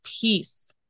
peace